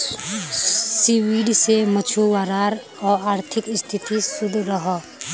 seaweed से मछुवारार अआर्थिक स्तिथि सुधरोह